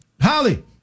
Holly